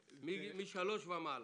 ומעלה.